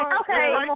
Okay